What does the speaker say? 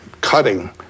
cutting